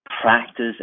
practice